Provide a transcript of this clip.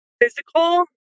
physical